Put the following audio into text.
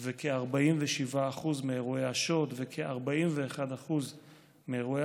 כ-47% מאירועי השוד וכ-41% מאירועי